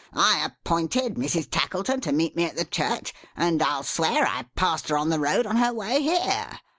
i appointed mrs. tackleton to meet me at the church and i'll swear i passed her on the road, on her way here.